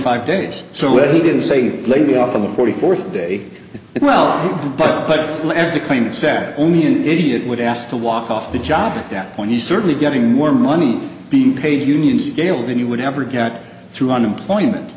five days so when he didn't say let me off the forty fourth day well but but left the kind of sad only an idiot would ask to walk off the job at that point you certainly getting more money being paid union scale than you would ever get through unemployment